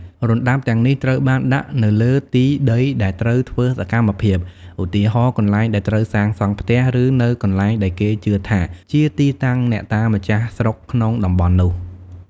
រណ្តាប់ទាំងនេះត្រូវបានដាក់នៅលើទីដីដែលត្រូវធ្វើសកម្មភាព ឧទាហរណ៍ កន្លែងដែលត្រូវសាងសង់ផ្ទះ ឬនៅកន្លែងដែលគេជឿថាជាទីតាំងអ្នកតាម្ចាស់ស្រុកក្នុងតំបន់នោះ។